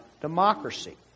democracy